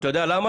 אתה יודע למה?